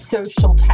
Social